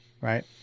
Right